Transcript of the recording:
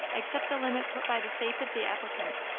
except the limit put by the faith of the applicant.